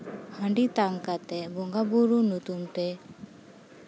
ᱦᱟᱺᱰᱤ ᱛᱟᱝ ᱠᱟᱛᱮᱫ ᱵᱚᱸᱜᱟᱼᱵᱩᱨᱩ ᱧᱩᱛᱩᱢ ᱛᱮ